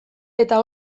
eta